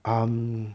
um